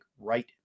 right